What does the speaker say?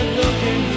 looking